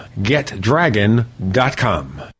GetDragon.com